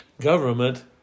government